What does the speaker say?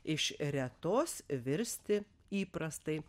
iš retos virsti įprastai